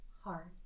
heart